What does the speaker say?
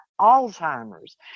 Alzheimer's